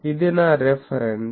ఇది నా రిఫరెన్స్